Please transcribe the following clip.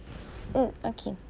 mm okay